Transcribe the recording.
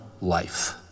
life